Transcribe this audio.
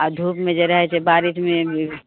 आ धूपमे जे रहै छै बारिशमे